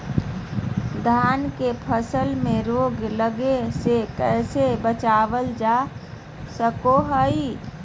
धान के फसल में रोग लगे से कैसे बचाबल जा सको हय?